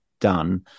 done